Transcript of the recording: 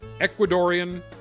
Ecuadorian